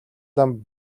лам